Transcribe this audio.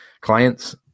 clients